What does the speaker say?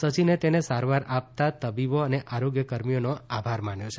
સચીને તેને સારવાર આપતા તબીબો અને આરોગ્ય કર્મીઓનો આભાર માન્યો છે